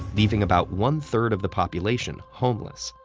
leaving about one-third of the population homeless.